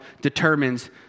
determines